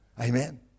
Amen